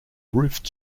roofed